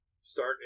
Start